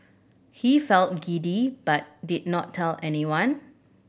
he felt giddy but did not tell anyone